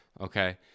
okay